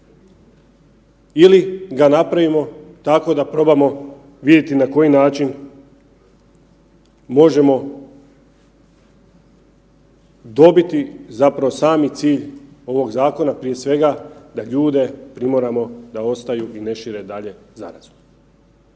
ili ga napravimo tako da probamo vidjeti na koji način možemo dobiti zapravo sami cilj ovog zakona prije svega da ljude primoramo da ostaju i ne šire dalje zarazu,